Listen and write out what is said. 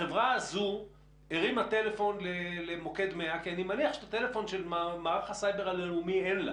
החבר בדוגמה שלי הרימה טלפון למוקד 100 כי אני מניח שאין לה